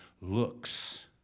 looks